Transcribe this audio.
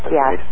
yes